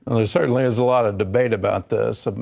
there's certainly debate about this.